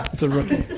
it's a rookie,